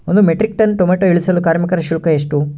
ಒಂದು metric ton tomato ಇಳಿಸಲು ಕಾರ್ಮಿಕರ ಶುಲ್ಕ ಎಷ್ಟು?